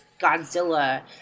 Godzilla